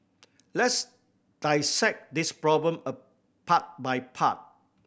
let's dissect this problem a part by part